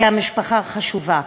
כי המשפחה חשובה.